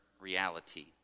Reality